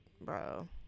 bro